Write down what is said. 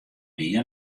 die